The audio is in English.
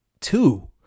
two